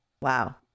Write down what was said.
Wow